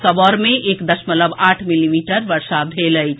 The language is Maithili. सबौर मे एक दशमलव आठ मिलीमीटर वर्षा भेल अछि